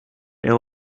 ill